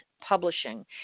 Publishing